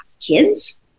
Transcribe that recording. kids